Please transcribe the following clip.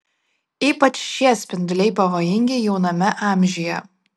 ypač šie spinduliai pavojingi jauname amžiuje